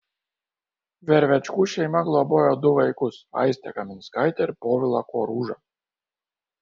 vervečkų šeima globojo du vaikus aistę kaminskaitę ir povilą koružą